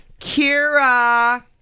Kira